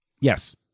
Yes